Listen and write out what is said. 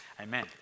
Amen